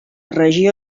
regió